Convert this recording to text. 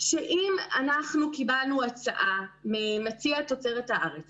אם אנחנו קיבלנו הצעה ממציע תוצרת הארץ